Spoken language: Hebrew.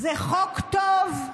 זה חוק טוב,